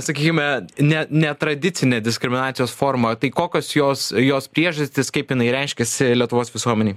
sakykime ne netradicinė diskriminacijos forma tai kokios jos jos priežastys kaip jinai reiškiasi lietuvos visuomenėj